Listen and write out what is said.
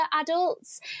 adults